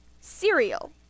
Cereal